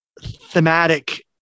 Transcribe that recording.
thematic